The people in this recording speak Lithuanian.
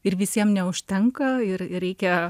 ir visiem neužtenka ir reikia